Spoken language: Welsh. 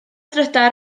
drydar